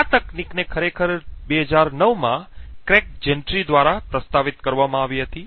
આ તકનીકને ખરેખર 2009 માં ક્રેગ જેન્ટ્રી દ્વારા પ્રસ્તાવિત કરવામાં આવી હતી